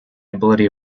ability